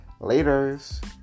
Laters